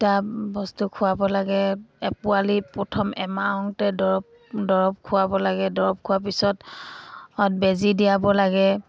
তিতা বস্তু খোৱাব লাগে পোৱালি প্ৰথম দৰৱ দৰৱ খোৱাব লাগে দৰৱ খোৱাৰ পিছত বেজি দিয়াব লাগে